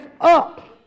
up